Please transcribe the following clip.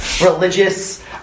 Religious